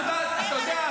אתה יודע,